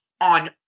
on